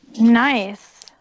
Nice